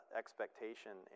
expectation